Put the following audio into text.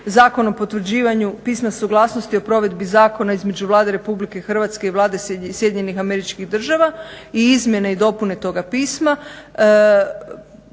Zakon o potvrđivanju Pisma suglasnosti o provedbi zakona između Vlade Republike Hrvatske i Vlade Sjedinjenih Američkih Država i izmjene i dopune toga pisma